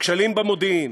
הכשלים במודיעין,